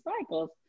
cycles